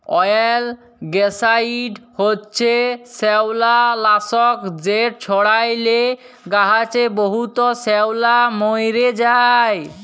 অয়েলগ্যাসাইড হছে শেওলালাসক যেট ছড়াইলে গাহাচে বহুত শেওলা মইরে যায়